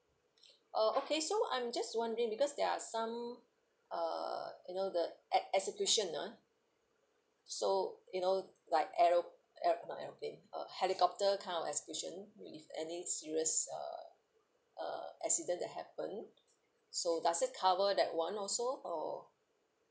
uh okay so I'm just wondering because there are some uh you know the e~ excursion ah so you know like aero~ aer~ not aeroplane uh helicopter kind of excursion if any serious uh uh accident that happened so does it cover that [one] also or